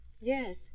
Yes